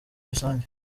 rusange